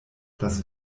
das